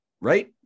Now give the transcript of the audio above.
Right